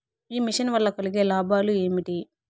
ఈ మిషన్ వల్ల కలిగే లాభాలు ఏమిటి?